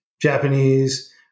Japanese